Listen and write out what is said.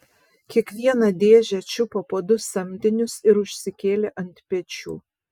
kiekvieną dėžę čiupo po du samdinius ir užsikėlė ant pečių